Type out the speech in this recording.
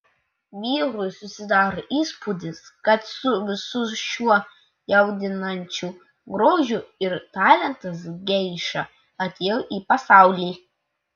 vyrui susidaro įspūdis kad su visu šiuo jaudinančiu grožiu ir talentais geiša atėjo į pasaulį